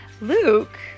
Luke